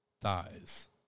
thighs